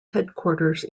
headquarters